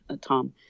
Tom